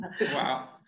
Wow